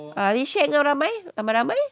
ah shared dengan ramai ramai ramai